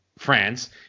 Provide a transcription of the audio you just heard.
france